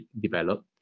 developed